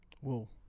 whoa